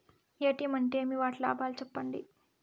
ATM అంటే ఏమి? వాటి లాభాలు సెప్పండి?